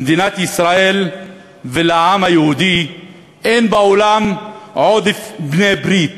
למדינת ישראל ולעם היהודי אין בעולם עוד בעלי-ברית.